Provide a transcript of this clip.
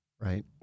right